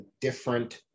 different